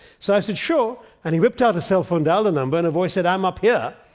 so said sure. and he whipped out his cellphone, dialed the number, and a voice said, i'm up here.